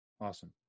Awesome